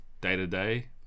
day-to-day